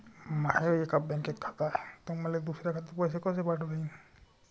माय एका बँकेत खात हाय, त मले दुसऱ्या खात्यात पैसे कसे पाठवता येईन?